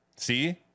See